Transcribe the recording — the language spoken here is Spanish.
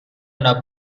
una